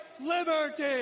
Liberty